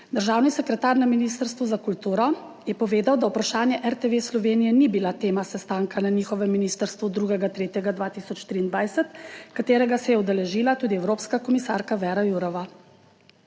Državni sekretar na Ministrstvu za kulturo je povedal, da vprašanje RTV Slovenija ni bila tema sestanka na njihovem ministrstvu 2. 3. 2023, katerega se je udeležila tudi evropska komisarka Věra Jourová.